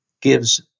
gives